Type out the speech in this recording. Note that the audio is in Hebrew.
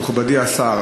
מכובדי השר,